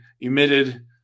emitted